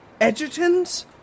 Edgertons